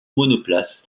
monoplace